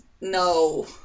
No